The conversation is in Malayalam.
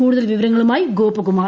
കൂടുതൽ വിവരങ്ങളുമായി ഗോപകുമാർ